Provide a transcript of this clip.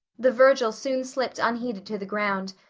the virgil soon slipped unheeded to the ground,